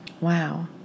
Wow